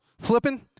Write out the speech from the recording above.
flipping